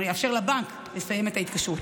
כלומר יאפשר לבנק לסיים את ההתקשרות.